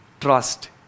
trust